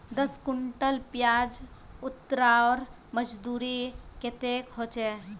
दस कुंटल प्याज उतरवार मजदूरी कतेक होचए?